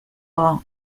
all